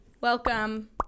Welcome